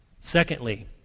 Secondly